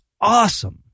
awesome